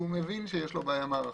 הוא מבין שיש לו בעיה מערכתית.